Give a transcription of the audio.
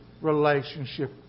relationship